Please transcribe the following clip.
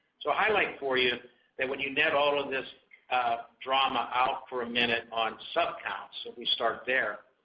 so a highlight for you that when you net all of this drama out for a minute on sub-counts and we start there,